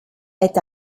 est